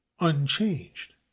unchanged